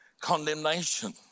condemnation